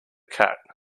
cat